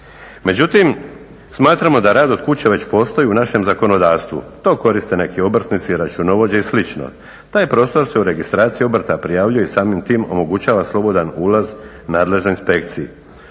Međutim, smatramo da rad od kuće već postoji u našem zakonodavstvu, to koriste neki obrtnici, računovođe i slično. Taj prostor se u registraciji obrta prijavljuje i samim time omogućava slobodan ulaz nadležnost inspekciji.